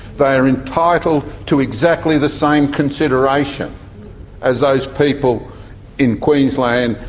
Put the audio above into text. they are entitled to exactly the same consideration as those people in queensland,